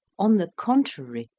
on the contrary,